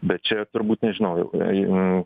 bet čia turbūt nežinojau